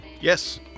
Yes